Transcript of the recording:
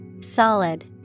Solid